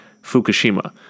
Fukushima